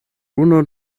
unu